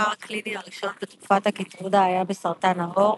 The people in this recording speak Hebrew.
המחקר הקליני הראשון בתרופת הקיטרודה היה בסרטן העור.